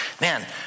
man